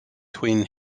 twin